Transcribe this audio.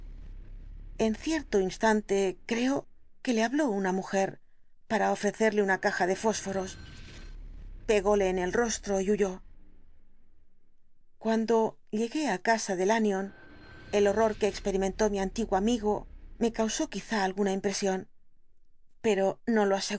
en cierto instante creo que le habló una mujer para ofrecerle una caja de fósforos pególe en el rostro y huyó cuando llegué á casa de lanyón el horror que experimentó mi antiguo amigo me causó quizá alguna impresión pero no lo